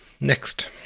Next